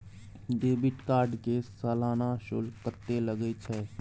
Debit card के सालाना शुल्क कत्ते लगे छै?